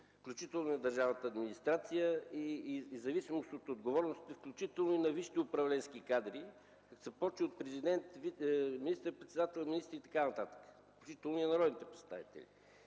включително и в държавната администрация, в зависимост от отговорностите, включително на висшите управленски кадри, като се започне от президента, министър-председателя, министрите и така нататък, включително и на народните представители.